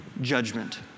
judgment